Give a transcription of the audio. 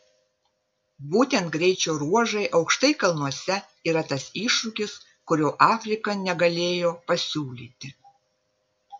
būtent greičio ruožai aukštai kalnuose yra tas iššūkis kurio afrika negalėjo pasiūlyti